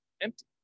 Empty